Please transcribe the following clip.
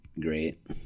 great